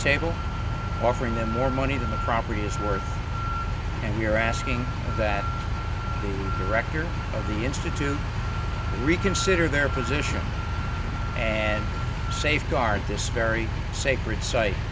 table offering them more money than the property is worth and we're asking that the director of the institute reconsider their position and safeguard this very sacred site